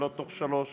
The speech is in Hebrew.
ולא בתוך שלוש